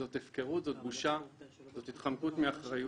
זו הפקרות, זו בושה וזו התחמקות מאחריות.